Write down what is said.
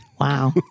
Wow